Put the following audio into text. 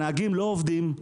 הנהגים לא עובדים,